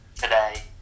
Today